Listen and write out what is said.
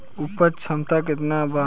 उपज क्षमता केतना वा?